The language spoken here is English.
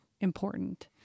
important